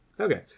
okay